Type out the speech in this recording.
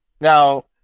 Now